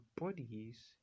bodies